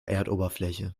erdoberfläche